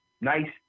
Nice